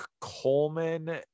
Coleman